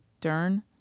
dern